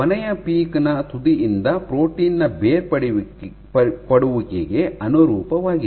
ಕೊನೆಯ ಪೀಕ್ ನ ತುದಿಯಿಂದ ಪ್ರೋಟೀನ್ ನ ಬೇರ್ಪಡುವಿಕೆಗೆ ಅನುರೂಪವಾಗಿದೆ